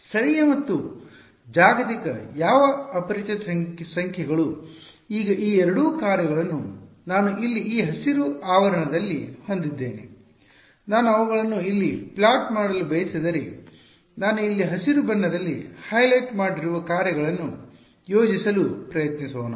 ಸ್ಥಳೀಯ ಮತ್ತು ಜಾಗತಿಕ ಯಾವ ಅಪರಿಚಿತ ಸಂಖ್ಯೆಗಳು ಈಗ ಈ ಎರಡು ಕಾರ್ಯಗಳನ್ನು ನಾನು ಇಲ್ಲಿ ಈ ಹಸಿರು ಆವರಣಗಳಲ್ಲಿ ಹೊಂದಿದ್ದೇನೆ ನಾನು ಅವುಗಳನ್ನು ಇಲ್ಲಿ ಪ್ಲಾಟ್ ಮಾಡಲು ಬಯಸಿದರೆ ನಾನು ಇಲ್ಲಿ ಹಸಿರು ಬಣ್ಣದಲ್ಲಿ ಹೈಲೈಟ್ ಮಾಡಿರುವ ಕಾರ್ಯಗಳನ್ನು ಯೋಜಿಸಲು ಪ್ರಯತ್ನಿಸೋಣ